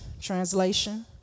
translation